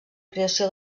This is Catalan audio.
creació